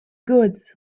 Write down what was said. goods